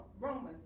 Romans